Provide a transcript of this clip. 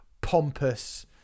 pompous